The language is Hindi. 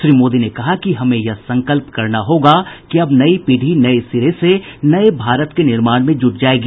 श्री मोदी ने कहा कि हमे यह संकल्प करना होगा कि अब नई पीढ़ी नये सिरे से नये भारत के निर्माण में जुट जायेगी